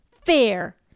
fair